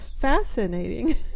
fascinating